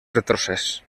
retrocés